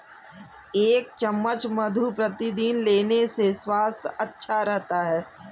एक चम्मच मधु प्रतिदिन लेने से स्वास्थ्य अच्छा रहता है